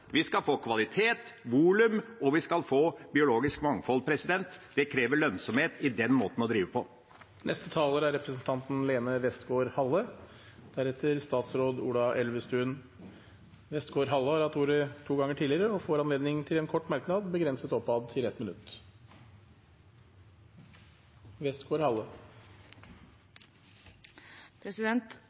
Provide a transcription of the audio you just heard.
vi får det beste resultatet. Vi skal få kvalitet og volum, og vi skal få biologisk mangfold. Det krever lønnsomhet i måten å drive på. Representanten Lene Westgaard-Halle har hatt ordet to ganger tidligere og får ordet til en kort merknad, begrenset til 1 minutt.